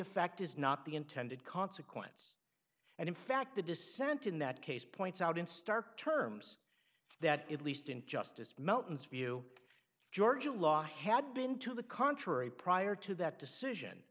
effect is not the intended consequence and in fact the dissent in that case points out in stark terms that at least in justice mountains view georgia law had been to the contrary prior to that decision